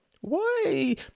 Why